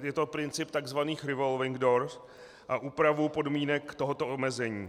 Je to princip takzvaných revolving doors a úpravu podmínek tohoto omezení.